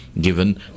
given